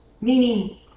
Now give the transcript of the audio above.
meaning